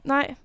Nej